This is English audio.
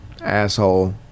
asshole